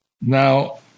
Now